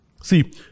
see